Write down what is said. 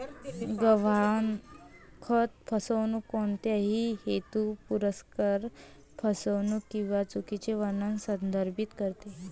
गहाणखत फसवणूक कोणत्याही हेतुपुरस्सर फसवणूक किंवा चुकीचे वर्णन संदर्भित करते